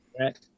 right